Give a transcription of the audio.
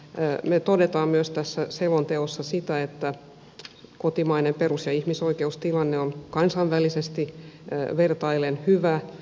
me toteamme myös tässä selonteossa sen että kotimainen perus ja ihmisoikeustilanne on kansainvälisesti vertaillen hyvä